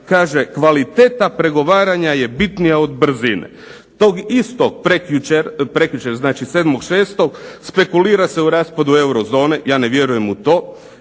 kaže kvaliteta pregovaranja je hitnija od brzine. Tog istog prekjučer znači 7.6. spekulira se o raspadu eurozone, ja ne vjerujem u to,